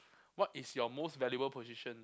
what is your most valuable position